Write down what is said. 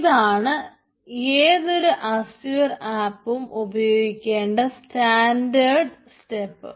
ഇതാണ് ഏതൊരു അസ്യൂർ ആപ്പും ഉപയോഗിക്കേണ്ട സ്റ്റാൻഡേർഡ് സ്റ്റെപ്പ്